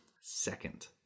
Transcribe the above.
second